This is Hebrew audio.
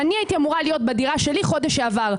שאני הייתי אמורה להיות בדירה שלי בחודש שעבר.